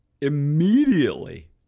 immediately